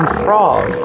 frog